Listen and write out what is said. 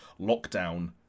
lockdown